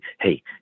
hey